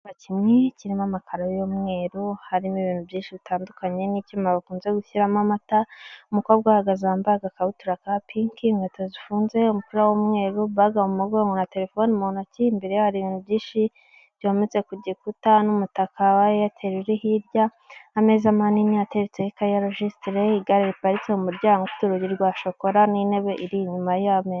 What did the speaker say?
Abakinnyi kirimo amakara y'umweru harimo ibintu byinshi bitandukanye n'icyuma bakunze gushyiramo amata umukobwa ahagaze wambaye agakabutura ka pinki, inkweto zifunze, umupira w'umweru, baga mu mugongo, na terefoni mu ntoki imbere hari ibintu byinshi byometse ku gikuta n'umutaka wa eyateri uri hirya, ameza manini ateretseho ikayi ya rojitiri, igare riparitse mu muryango ufite urugi rwa shokora n'intebe iri inyuma y'amezi.